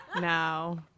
no